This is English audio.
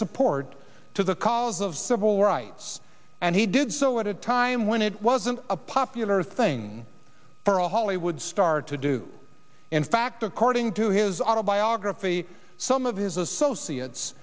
support to the cause of civil rights and he did so at a time when it wasn't a popular thing for a hollywood star to do in fact according to his autobiography some of his associates